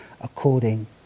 according